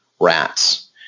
rats